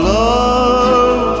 love